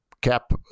cap